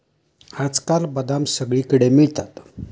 आजकाल बदाम सगळीकडे मिळतात